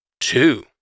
two